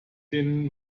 den